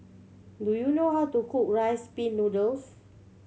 do you know how to cook Rice Pin Noodles